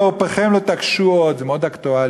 וערפכם לא תקשו עוד" זה מאוד אקטואלי,